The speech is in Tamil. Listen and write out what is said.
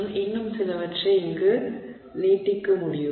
மற்றும் இன்னும் சிலவற்றை இங்கு நீட்டிக்க முடியும்